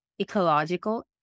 ecological